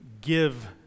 give